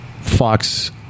Fox